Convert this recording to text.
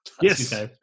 Yes